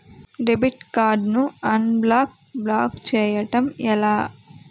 Debit card ను unblock block చేయటం ఎలా?